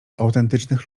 autentycznych